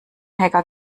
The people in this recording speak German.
hacker